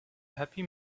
happy